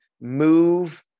move